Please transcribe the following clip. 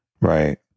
right